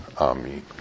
Amen